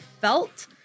felt